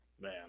man